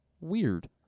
weird